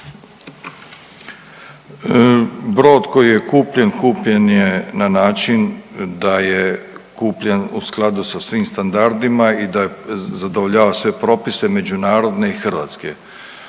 Brod koji je kupljen, kupljen je na način da je kupljen u skladu sa svim standardima i da zadovoljava sve propise međunarodne i hrvatske.